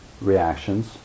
reactions